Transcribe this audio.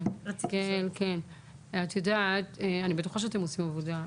אני בטוחה שאתם עושים עבודה,